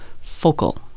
focal